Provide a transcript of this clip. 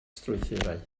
strwythurau